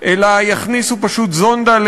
אלא יכניסו פשוט זונדה,